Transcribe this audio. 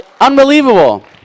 unbelievable